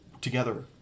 together